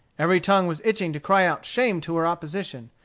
every tongue was itching to cry out shame to her opposition,